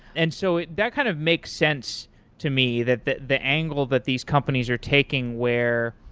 and so that kind of makes sense to me that that the angle that these companies are taking where,